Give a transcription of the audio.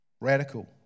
Radical